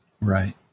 Right